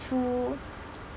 too